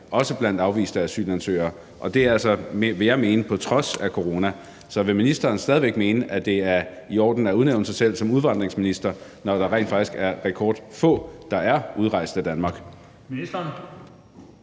også blandt afviste asylansøgere. Det er altså, vil jeg mene, på trods af corona. Så vil ministeren stadig væk mene, at det er i orden at udnævne sig selv som udvandringsminister, når der faktisk er rekordfå, der er udrejst af Danmark?